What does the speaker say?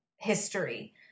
history